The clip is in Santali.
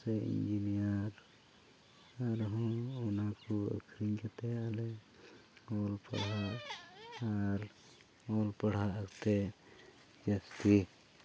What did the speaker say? ᱥᱮ ᱤᱧᱡᱤᱱᱤᱭᱟᱨ ᱨᱮᱦᱚᱸ ᱚᱱᱟ ᱠᱚ ᱟᱹᱠᱷᱨᱤᱧ ᱠᱟᱛᱮᱫ ᱟᱞᱮ ᱚᱞ ᱯᱟᱲᱦᱟᱣ ᱟᱨ ᱚᱞ ᱯᱟᱲᱦᱟᱣ ᱠᱟᱛᱮᱫ ᱪᱟᱹᱠᱨᱤ